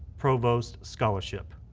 provost scholarship.